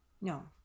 no